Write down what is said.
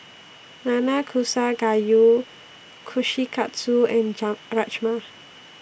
Nanakusa Gayu Kushikatsu and Rajma